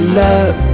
love